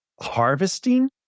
harvesting